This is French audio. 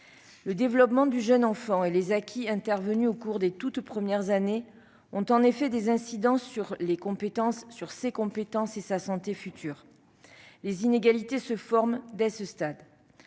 Le développement du jeune enfant et les acquis intervenus au cours des toutes premières années ont en effet des incidences sur ses compétences et sa santé futures. Les inégalités se forment dès ce stade.